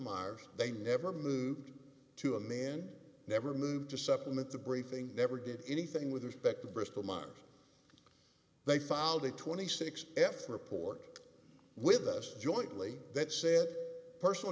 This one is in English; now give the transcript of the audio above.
myers they never moved to a man never moved to supplement the briefing never did anything with respect to bristol myers they filed a twenty six f report with us jointly that said personal